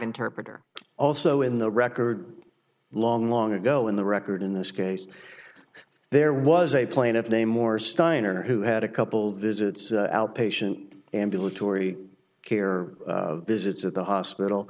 interpreter also in the record long long ago in the record in this case there was a plan of name or steiner who had a couple visits outpatient ambulatory care visits at the hospital